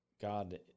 God